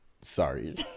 sorry